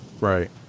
right